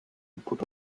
put